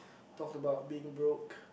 talk about being broke